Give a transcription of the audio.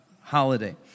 holiday